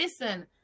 Listen